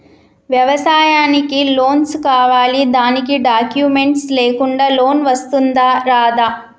వ్యవసాయానికి లోన్స్ కావాలి దానికి డాక్యుమెంట్స్ లేకుండా లోన్ వస్తుందా రాదా?